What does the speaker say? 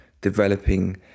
developing